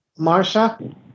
Marsha